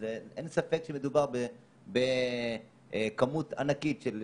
אני דיווחתי נתונים לוועדה שהם עד יום